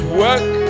work